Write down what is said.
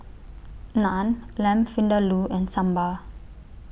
Naan Lamb Vindaloo and Sambar